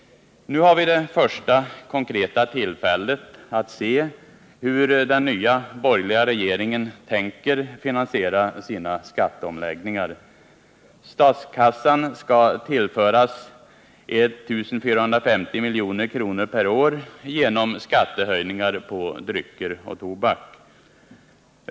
Nu har vi det första konkreta tillfället att se hur den nya borgerliga regeringen tänker finansiera sina skatteomläggningar. Statskassan skall tillföras 1450 milj.kr. per år genom skattehöjningar på drycker och tobak.